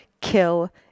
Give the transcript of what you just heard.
kill